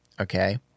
Okay